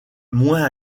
moins